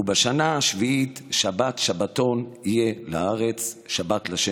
ובשנה השביעִת שבת שבתון יהיה לארץ שבת לה'